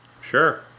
Sure